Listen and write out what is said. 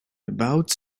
about